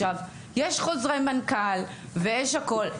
עכשיו יש חוזרי מנכ"ל ויש הכל,